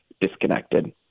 Disconnected